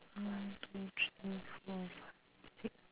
one two three four five six